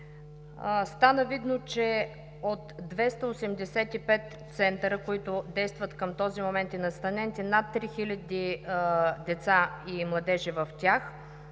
Стана видно, че от 285 центъра, които действат към този момент и настанените над три хиляди деца и младежи в тях,